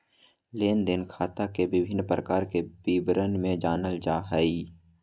लेन देन खाता के विभिन्न प्रकार के विवरण से जानल जाय हइ